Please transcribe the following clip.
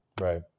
Right